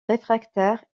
réfractaires